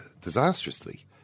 disastrously